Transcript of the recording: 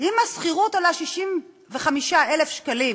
אם השכירות עולה 65,000 שקלים